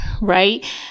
right